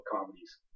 comedies